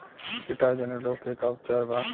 कीटाणु जनित रोग के का उपचार बा?